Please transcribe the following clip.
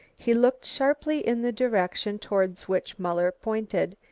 he looked sharply in the direction towards which muller pointed,